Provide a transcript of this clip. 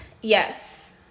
yes